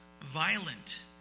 Violent